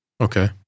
okay